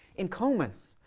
in comus,